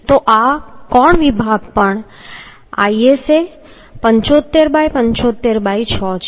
તો આ કોણ વિભાગ પણ ISA 75 ✕75 ✕ 6 છે